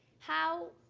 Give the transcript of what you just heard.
how